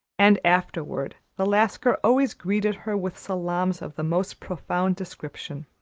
and afterward the lascar always greeted her with salaams of the most profound description.